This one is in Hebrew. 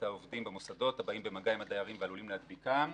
העובדים במוסדות הבאים במגע עם הדיירים ועלולים להדביקם.